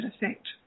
effect